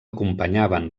acompanyaven